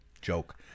joke